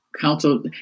Council